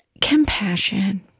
compassion